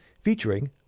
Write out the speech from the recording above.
featuring